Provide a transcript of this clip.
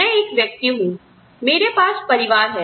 मैं एक व्यक्ति हूं मेरे पास परिवार है